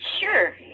Sure